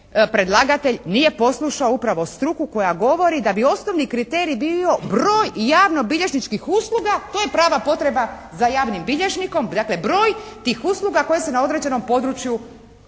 predlagatelj nije poslušao upravo struku koja govori da bi osnovni kriterij bio broj javnobilježničkih usluga, to je prava potreba za javnim bilježnikom, dakle broj tih usluga koje se na određenom području nude,